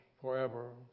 forever